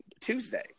Tuesday